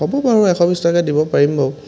হ'ব বাৰু এশ বিছ টকাকৈ দিব পাৰিম বাৰু